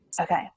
Okay